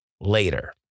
later